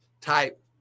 Type